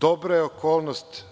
Dobra je okolnost